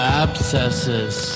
abscesses